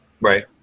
right